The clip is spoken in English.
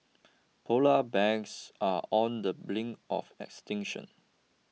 Polar Bears are on the brink of extinction